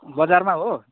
बजारमा होे